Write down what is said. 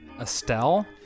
estelle